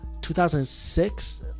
2006